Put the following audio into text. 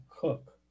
cook